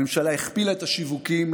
הממשלה הכפילה את השיווקים,